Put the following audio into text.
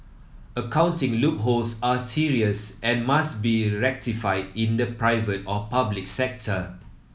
accounting loopholes are serious and must be rectified in the private or public sector